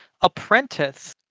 apprentice